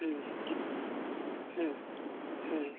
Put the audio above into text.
ᱦᱮᱸ ᱴᱷᱤᱠ ᱦᱮᱸ ᱦᱮᱸ